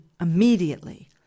immediately